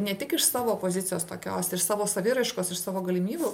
ne tik iš savo pozicijos tokios iš savo saviraiškos iš savo galimybių